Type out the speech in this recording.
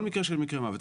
כל מקרה של מוות,